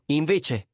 invece